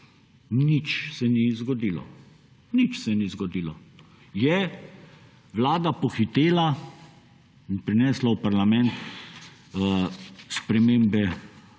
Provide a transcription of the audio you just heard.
Nič se ni zgodilo. Nič se ni zgodilo. Je Vlada pohitela in prinesla v parlament spremembe